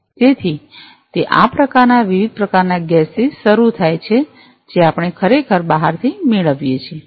તેથી તે આ પ્રકારના વિવિધ પ્રકારના ગેસથી શરૂ થાય છે જે આપણે ખરેખર બહારથી મેળવીએ છીએ